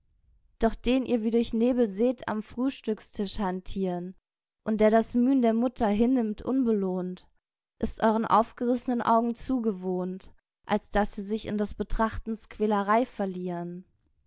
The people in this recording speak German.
doch den ihr wie durch nebel seht amfrühstückstisch hantieren und der das mühn der mutter hinnimmt unbelohnt ist euren aufgerissnen augen zu gewohnt als dass sie sich in des betrachtens quälerei verlieren